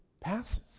passes